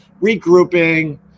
regrouping